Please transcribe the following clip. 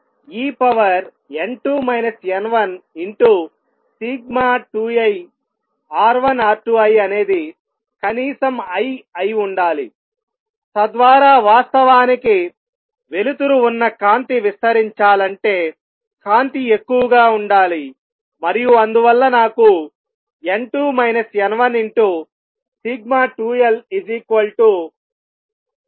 en2 n1σ2lR1R2I అనేది కనీసం I అయి ఉండాలి తద్వారా వాస్తవానికి వెలుతురు ఉన్న కాంతి విస్తరించాలంటే కాంతి ఎక్కువగా ఉండాలి మరియు అందువల్ల నాకు n2 n1σ2l lnR1R2ఉంటుంది